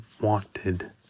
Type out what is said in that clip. wanted